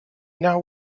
now